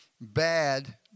bad